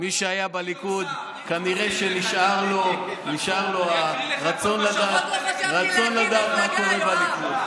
מי שהיה בליכוד כנראה שנשאר לו הרצון לדעת מה קורה בליכוד.